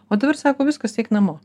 o dabar sako viskas eik namo